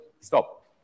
stop